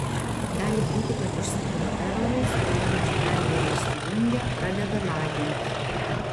gali būti kad užsipila erorais kurie nors draiveriai išsijungia pradeda lagint